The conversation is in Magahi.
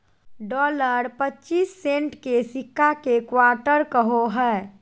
डॉलर पच्चीस सेंट के सिक्का के क्वार्टर कहो हइ